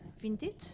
vintage